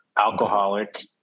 alcoholic